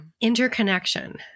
Interconnection